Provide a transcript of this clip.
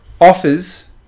offers